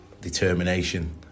determination